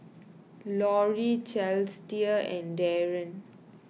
Lori Celestia and Daren